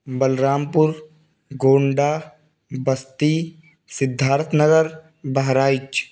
بلرام پور گونڈا بستی سدھارتھ نگر بہرائچ